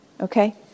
Okay